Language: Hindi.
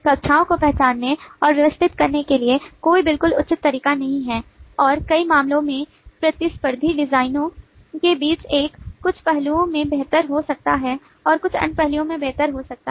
कक्षाओं को पहचानने और व्यवस्थित करने के लिए कोई बिल्कुल उचित तरीका नहीं है और कई मामलों में प्रतिस्पर्धी डिजाइनों के बीच एक कुछ पहलुओं में बेहतर हो सकता है और कुछ अन्य पहलुओं में बेहतर हो सकता है